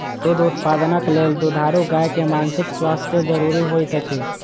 दूध उत्पादनक लेल दुधारू गाय के मानसिक स्वास्थ्य ज़रूरी होइत अछि